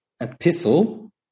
epistle